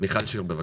מיכל שיר, בבקשה.